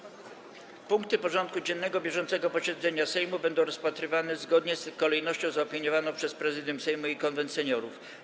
Punkty porządku dziennego bieżącego posiedzenia Sejmu będą rozpatrywane zgodnie z kolejnością zaopiniowaną przez Prezydium Sejmu i Konwent Seniorów.